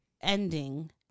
ending